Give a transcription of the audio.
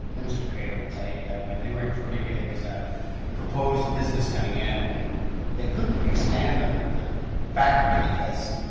minister craitor will tell you that, when they were in fort erie, there was a proposed business coming in and they couldn't expand the the factory because